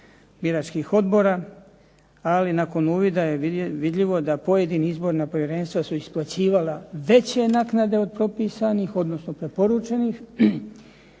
biračkih odbora, ali nakon uvida je vidljivo da pojedina izborna povjerenstva su isplaćivala veće naknade od propisanih odnosno preporučenih,